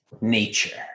nature